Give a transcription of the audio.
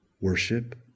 worship